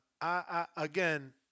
again